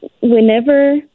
whenever